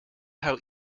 how